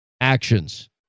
actions